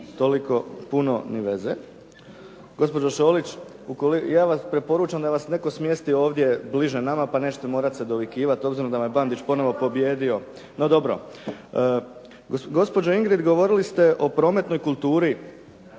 Gospođo Ingrid, govorili ste o prometnoj kulturi,